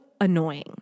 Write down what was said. annoying